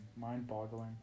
mind-boggling